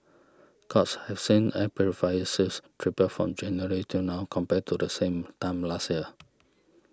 courts has seen air purifier sales triple from January till now compared to the same time last year